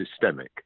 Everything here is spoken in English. systemic